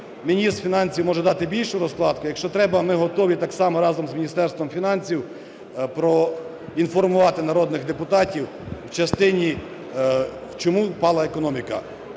міністр фінансів може дати більшу розкладку. Якщо треба, ми готові так само разом з Міністерством фінансів проінформувати народних депутатів в частині, чому впала економіка.